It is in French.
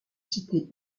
cités